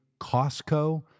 Costco